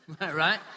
right